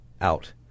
out